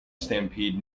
stampede